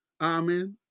Amen